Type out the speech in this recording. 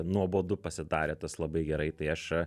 nuobodu pasidarė tas labai gerai tai aš